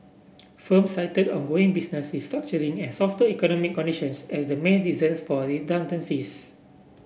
firms cited ongoing business restructuring and softer economic conditions as the main reasons for redundancies